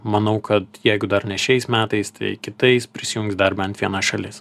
manau kad jeigu dar ne šiais metais tai kitais prisijungs dar bent viena šalis